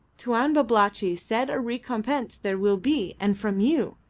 tuan babalatchi said a recompense there will be, and from you.